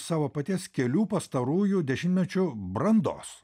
savo paties kelių pastarųjų dešimtmečių brandos